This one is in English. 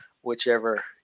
whichever